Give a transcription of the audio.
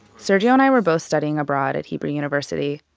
sergiusz and i were both studying abroad at hebrew university.